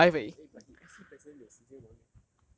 eh but he S_C president 有时间玩 meh